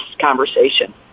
conversation